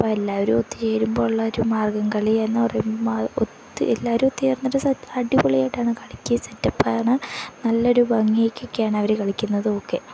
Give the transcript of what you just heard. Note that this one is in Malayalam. അപ്പോള് എല്ലാവരും ഒത്തുചേരുമ്പോഴുള്ളൊരു മാർഗ്ഗംകളിയെന്ന് പറയുമ്പോള് ഒത്തിരി എല്ലാവരും ഒത്തുചേർന്നൊരു അടിപൊളിയായിട്ടാണ് കളിക്കുക സെറ്റപ്പാണ് നല്ലൊരു ഭംഗിക്കൊക്കെയാണ് അവര് കളിക്കുന്നത് ഓക്കെ